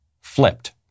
flipped